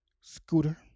scooter